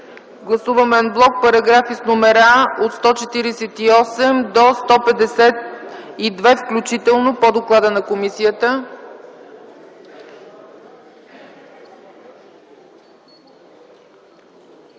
Гласуваме ан блок параграфи с номера от 148 до 152 включително по доклада на комисията.